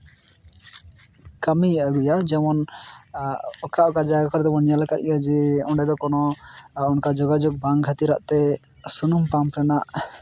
ᱠᱟᱹᱢᱤᱭᱮ ᱟᱹᱜᱩᱭᱟ ᱡᱮᱢᱚᱱ ᱚᱠᱟ ᱚᱠᱟ ᱡᱟᱭᱜᱟ ᱠᱚᱨᱮ ᱫᱚᱵᱚᱱ ᱧᱮᱞ ᱟᱠᱟᱫ ᱜᱮᱭᱟ ᱡᱮ ᱚᱸᱰᱮ ᱫᱚ ᱠᱚᱱᱳ ᱚᱝᱠᱟ ᱡᱳᱜᱟᱡᱳᱜᱽ ᱵᱟᱝ ᱠᱷᱟᱹᱛᱤᱨᱟᱜ ᱛᱮ ᱥᱩᱱᱩᱢ ᱯᱟᱢᱯ ᱨᱮᱱᱟᱜ